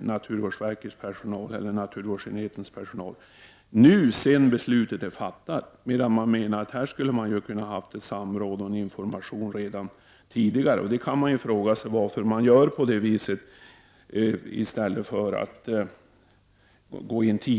naturvårdsenhetens personal. Det skall alltså ske nu, när beslutet är fattat, medan de anser att de skulle ha fått information och haft ett samråd tidigare. De frågar sig varför man gör på detta sätt.